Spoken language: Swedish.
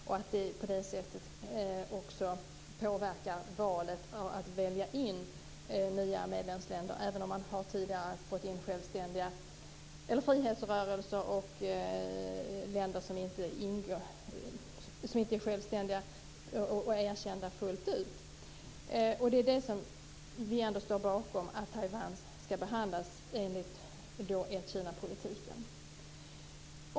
På det sättet påverkar det också valet av nya medlemsländer även om man tidigare fått in frihetsrörelser och länder som inte är självständiga och erkända fullt ut. Vi står bakom att Taiwan skall behandlas enligt ett-Kina-politiken.